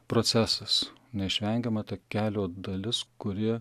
procesas neišvengiama ta kelio dalis kuri